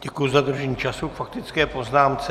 Děkuji za dodržení času k faktické poznámce.